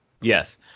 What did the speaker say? Yes